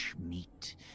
meat